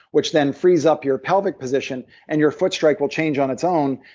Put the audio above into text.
which then frees up your pelvic position, and your foot strike will change on its own.